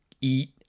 eat